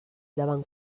davant